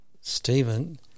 Stephen